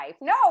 No